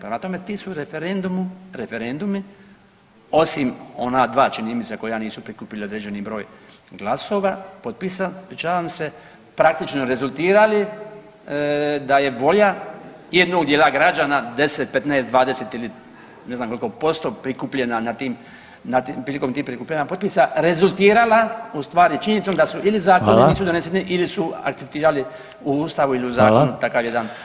Prema tome, ti su referendumi osim ona dva čini mi se koji nisu prikupili određeni broj glasova, potpisa ispričavam se praktično rezultirali da je volja jednog dijela građana 10, 15, 20 ili ne znam koliko posto prikupljena prilikom tih prikupljanja potpisa rezultirala u stvari činjenicom da su ili zakoni nisu doneseni [[Upadica Reiner: Hvala.]] ili su akceptirali u Ustavu ili zakonu takav jedan.